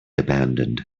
abandoned